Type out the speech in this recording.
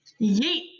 Yeet